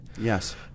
Yes